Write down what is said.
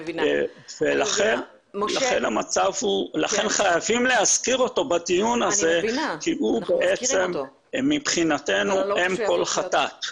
לכן חייבים להזכיר אותו בטיעון הזה כי הוא מבחינתנו הוא אם כל חטאת.